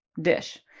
dish